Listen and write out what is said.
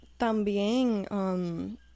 también